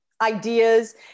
ideas